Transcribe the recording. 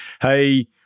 hey